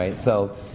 ah so,